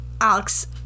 Alex